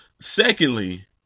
Secondly